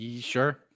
Sure